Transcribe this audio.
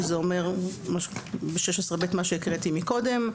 שזה אומר ב-16(ב) מה שהקראתי מקודם,